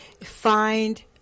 find